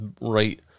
right